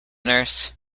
nurse